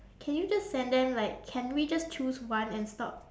can you just send them like can we just choose one and stop